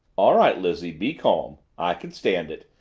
all right, lizzie. be calm. i can stand it,